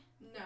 No